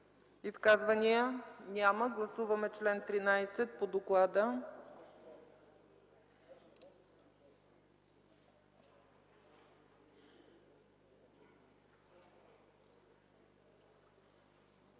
Изказвания? Няма. Гласуваме чл. 13 по доклада.